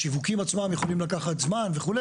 השיווקים עצמם יכולים לקחת זמן וכו',